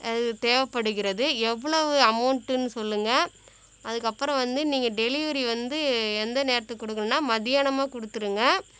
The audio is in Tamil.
அது தேவைப்படுகிறது எவ்ளோ அமௌண்ட்னு சொல்லுங்கள் அதுக்கு அப்பறம் வந்து நீங்கள் டெலிவரி வந்து எந்த நேரத்துக்கு கொடுக்குணுன்னா மத்தியானமா கொடுத்துடுங்க